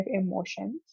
emotions